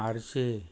आर्शे